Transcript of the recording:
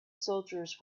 soldiers